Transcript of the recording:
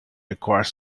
require